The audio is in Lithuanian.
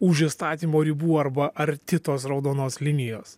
už įstatymo ribų arba arti tos raudonos linijos